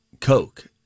coke